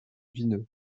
vineux